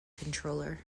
controller